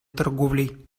торговлей